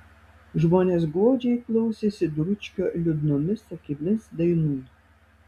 žmonės godžiai klausėsi dručkio liūdnomis akimis dainų